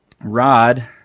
Rod